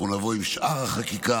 אנחנו נבוא עם שאר החקיקה,